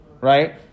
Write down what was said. right